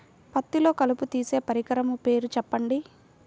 పత్తిలో కలుపు తీసే పరికరము పేరు చెప్పండి